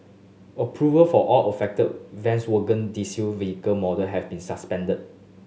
approval for all affected Volkswagen diesel vehicle model have been suspended